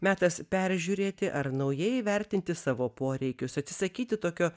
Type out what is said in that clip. metas peržiūrėti ar naujai įvertinti savo poreikius atsisakyti tokio